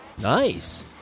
Nice